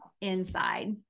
inside